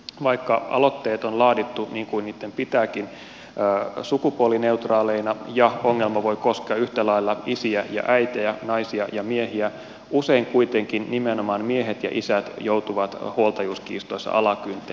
vaikka aloitteet on laadittu niin kuin pitääkin sukupuolineutraaleina ja ongelma voi koskea yhtä lailla isiä ja äitejä naisia ja miehiä usein kuitenkin nimenomaan miehet ja isät joutuvat huoltajuuskiistoissa alakynteen